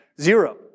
Zero